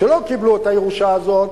שלא קיבלו את הירושה הזאת,